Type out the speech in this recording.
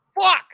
fuck